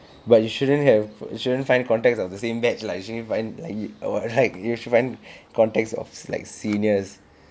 but you shouldn't have shouldn't find context of the same batch lah you should find [what] right you should find context of like seniors